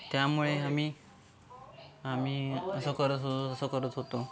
त्यामुळे आम्ही आम्ही असं करत होतो तसं करत होतो